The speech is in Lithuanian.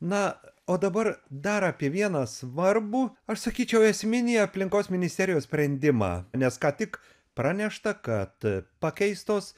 na o dabar dar apie vieną svarbų aš sakyčiau esminį aplinkos ministerijos sprendimą nes ką tik pranešta kad pakeistos